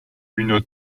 une